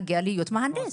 להגיע להיות מהנדס.